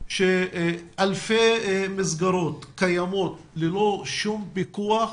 שאלפי מסגרות קיימות ללא כל פיקוח